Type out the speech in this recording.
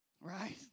Right